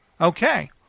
Okay